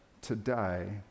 today